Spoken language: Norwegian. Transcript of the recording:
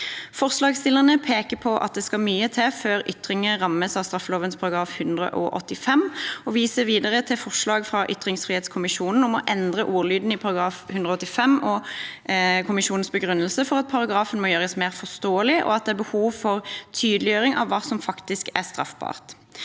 Forslagsstillerne peker på at det skal mye til før ytringer rammes av straffeloven § 185, og viser videre til forslag fra ytringsfrihetskommisjonen om å endre ordlyden i § 185 og kommisjonens begrunnelse for at paragrafen må gjøres mer forståelig, og at det er et behov for tydeliggjøring av hva som faktisk er straffbart.